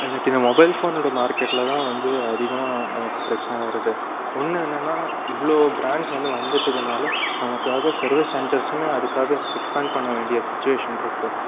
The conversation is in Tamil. எனக்கு இந்த மொபைல் ஃபோனோடய மார்க்கெட்டில் தான் வந்து அதிகமாக நமக்கு பிரச்சனை வர்றது ஒன்று என்னென்னால் இவ்வளோ பிராண்ட்ஸ் வந்து வந்துட்டதினால நமக்காக சர்வீஸ் சென்டர்ஸுமே அதுக்காக எக்ஸ்பேண்ட் பண்ண வேண்டிய சிச்சுவேஷன் இருக்குது